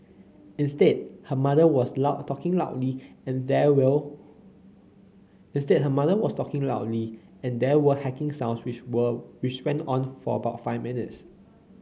instead her mother was loud talking loudly and there will instead her mother was talking loudly and there were hacking sounds which will which went on for about five minutes